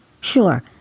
Sure